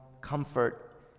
comfort